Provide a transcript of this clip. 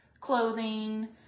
clothing